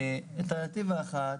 אלטרנטיבה אחת